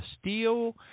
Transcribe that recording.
Steel